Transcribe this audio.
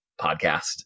podcast